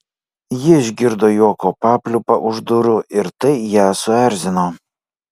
ji išgirdo juoko papliūpą už durų ir tai ją suerzino